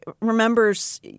remembers